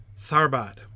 Tharbad